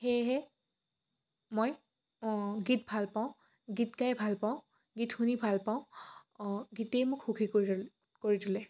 সেয়েহে মই অঁ গীত ভাল পাওঁ গীত গাই ভাল পাওঁ গীত শুনি ভাল পাওঁ অঁ গীতেই মোক সুখী কৰি তো কৰি তোলে